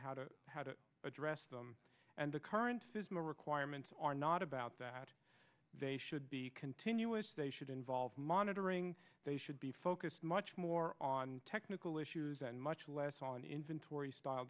how to how to address them and the current system requirements are not about that they should be continuous they should involve monitoring they should be focused much more on technical issues and much less on inventory style